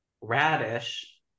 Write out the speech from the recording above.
radish